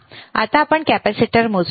आता आपण कॅपेसिटर मोजू